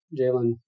Jalen